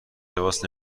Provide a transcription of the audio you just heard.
لباس